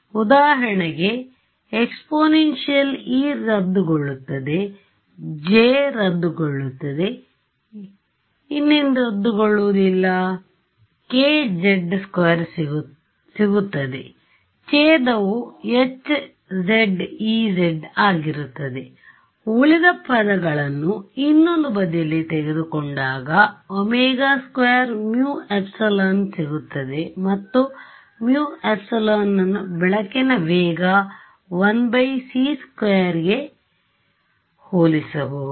ಉದಾಹರಣೆಗೆ exponential e ರದ್ದುಗೊಳ್ಳುತ್ತದೆ j ರದ್ದುಗೊಳ್ಳುತ್ತದೆ ಇನ್ನೇನು ರದ್ದುಗೊಳ್ಳುವುದಿಲ್ಲ kz 2 ಸಿಗುತ್ತದೆ ಚೇಧವು hz ez ಆಗಿರುತ್ತದೆ ಉಳಿದ ಪದಗಳನ್ನು ಇನ್ನೊಂದು ಬದಿಯಲ್ಲಿ ತೆಗೆದುಕೊಂಡಾಗ ω2με ಸಿಗುತ್ತದೆ ಮತ್ತು με ನ್ನು ಬೆಳಕಿನ ವೇಗ 1 c2 ಗೆ ಹೋಲಿಸಬಹುದು